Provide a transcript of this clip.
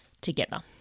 together